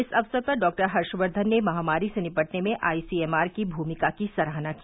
इस अवसर पर डॉ हर्षवर्धन ने महामारी से निपटने में आई सी एम आर की भूमिका की सराहना की